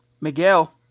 Miguel